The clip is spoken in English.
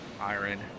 Iron